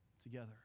together